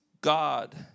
God